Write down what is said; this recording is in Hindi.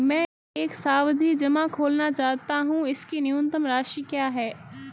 मैं एक सावधि जमा खोलना चाहता हूं इसकी न्यूनतम राशि क्या है?